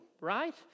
right